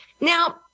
Now